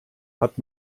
hat